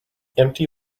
empty